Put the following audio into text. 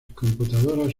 computadoras